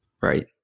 right